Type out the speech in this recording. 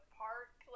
park